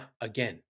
again